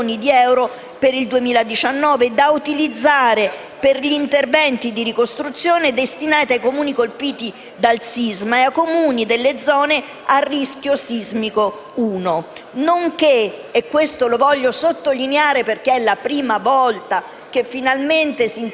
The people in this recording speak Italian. per il 2019, da utilizzare per interventi di ricostruzione destinati ai Comuni colpiti dal sisma e ai Comuni delle zone a rischio sismico 1. Inoltre, voglio sottolineare, essendo la prima volta, che finalmente si interviene